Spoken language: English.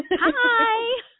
Hi